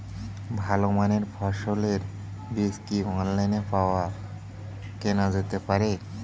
ভালো মানের ফসলের বীজ কি অনলাইনে পাওয়া কেনা যেতে পারে?